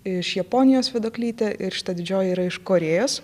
iš japonijos vėduoklytė ir šita didžioji yra iš korėjos